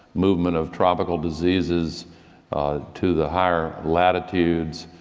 movement of tropical diseases to the higher latitudes,